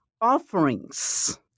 offerings